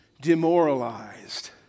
demoralized